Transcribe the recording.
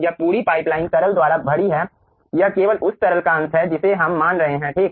यह पूरी पाइपलाइन तरल द्वारा भरी है यह केवल उस तरल का अंश है जिसे हम मान रहे हैं ठीक